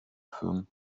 firmen